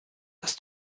das